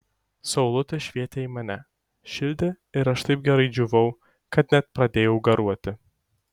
saulutė švietė į mane šildė ir aš taip gerai džiūvau kad net pradėjau garuoti